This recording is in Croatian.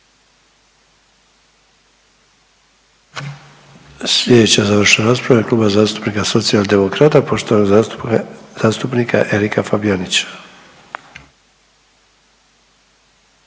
Slijedeća završna rasprava je u ime Kluba zastupnika Socijaldemokrata poštovanog zastupnika Erika Fabijanića.